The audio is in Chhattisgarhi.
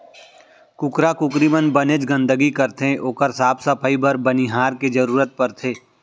कुकरा कुकरी मन बनेच गंदगी करथे ओकर साफ सफई बर बनिहार के जरूरत परथे